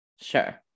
Sure